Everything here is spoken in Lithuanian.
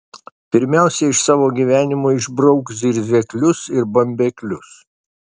pirmiausia iš savo gyvenimo išbrauk zirzeklius ir bambeklius